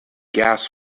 gas